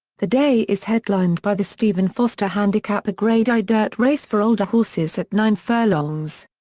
the day is headlined by the stephen foster handicap a grade i dirt race for older horses at nine furlongs.